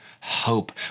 hope